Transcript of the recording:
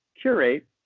curate